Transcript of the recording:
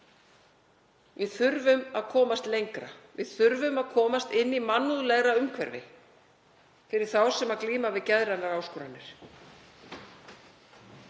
Við þurfum að komast lengra. Við þurfum að komast inn í mannúðlegra umhverfi fyrir þá sem glíma við geðrænar áskoranir.